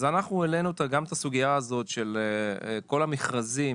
אז העלו גם את הסוגייה הזאת של כל המכרזים,